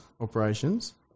operations